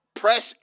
Press